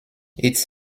its